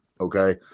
Okay